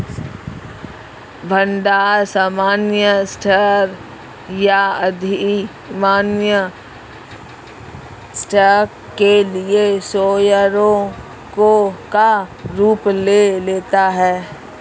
भंडार सामान्य स्टॉक या अधिमान्य स्टॉक के लिए शेयरों का रूप ले लेता है